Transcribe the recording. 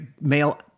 male